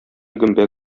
гөмбә